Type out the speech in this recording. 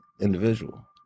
individual